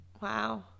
Wow